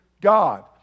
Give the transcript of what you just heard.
God